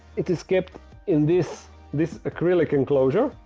it is kept in this this acrylic enclosure.